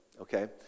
okay